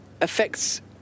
affects